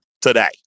today